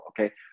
Okay